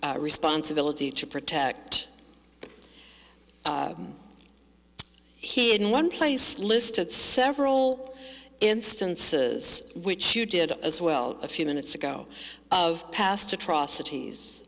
the responsibility to protect he in one place listed several instances which you did as well a few minutes ago of past atrocities